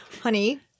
Honey